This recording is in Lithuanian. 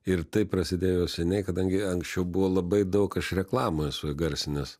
ir tai prasidėjo seniai kadangi anksčiau buvo labai daug aš reklamų esu įgarsinęs